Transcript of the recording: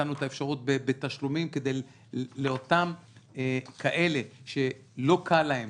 ונתנו את האפשרות בתשלומים למען אותם אלה שלא קל להם